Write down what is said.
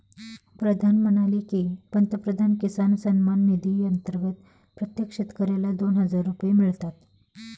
प्रधान म्हणाले की, पंतप्रधान किसान सन्मान निधी अंतर्गत प्रत्येक शेतकऱ्याला दोन हजार रुपये मिळतात